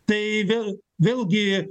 tai vėl vėlgi